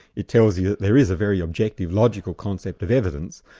it tells you that there is a very objective logical concept of evidence.